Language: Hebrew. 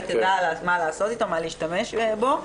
היא יודעת מה להשתמש בו.